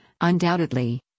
Undoubtedly